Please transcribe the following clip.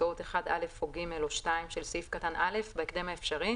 פסקאות (1)(א) או (ג) או (2) של סעיף קטן (א) בהקדם האפשרי,